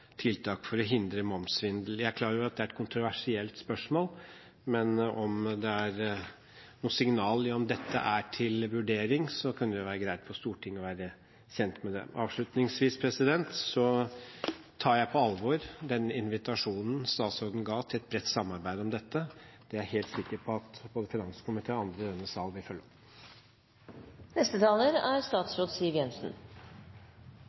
tiltak for å hindre momssvindel. Jeg er klar over at det er et kontroversielt spørsmål, men om det er noe signal om at dette er til vurdering, kunne det være greit for Stortinget å være kjent med det. Avslutningsvis tar jeg den invitasjonen statsråden ga til et bredt samarbeid om dette, alvorlig. Jeg er helt sikker på at både finanskomiteen og andre i denne salen vil følge med. Det er